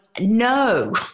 no